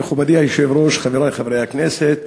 מכובדי היושב-ראש, חברי חברי הכנסת,